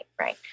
right